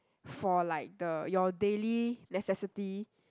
for like the your daily necessity